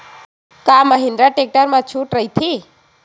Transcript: का महिंद्रा टेक्टर मा छुट राइथे?